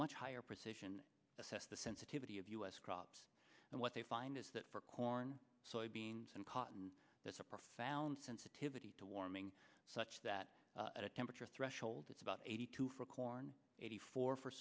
much higher precision assess the sensitivity of u s crops and what they find is that for corn soybeans and cotton that's a profound sensitivity to warming such that at a temperature threshold it's about eighty two for corn eighty four for